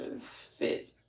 fit